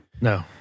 No